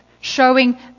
showing